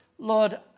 Lord